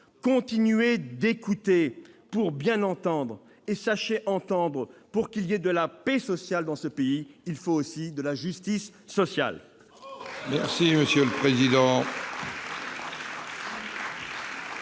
continuez d'écouter, pour bien entendre, et sachez entendre ! Pour qu'il y ait de la paix sociale dans ce pays, il faut aussi de la justice sociale